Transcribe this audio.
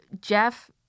Jeff